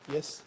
Yes